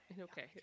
Okay